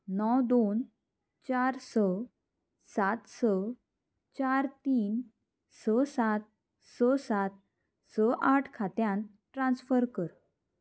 णव दोन चार स सात स चार तीन स सात स सात स आठ खात्यांत ट्रान्स्फर कर